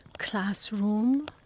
classroom